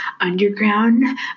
underground